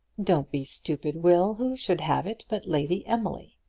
don't be stupid, will. who should have it but lady emily?